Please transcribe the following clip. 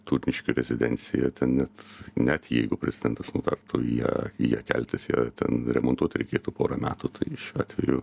turniškių rezidencija ten net net jeigu prezidentas nutartų į ją į ją keltis jei ten remontuot reikėtų porą metų tai šiuo atveju